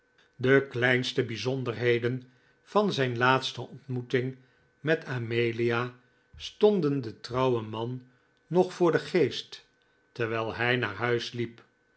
de kleinstc bijzondcrheden van zijn laatste ontmoeting met amelia stonden den trouwen man nog voor den geest terwijl hij naar haar huis liep